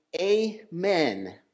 amen